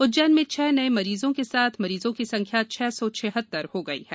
उज्जैन में छह नये मरीजों के साथ मरीजों की संख्या छह सौ छियत्तर हो गई है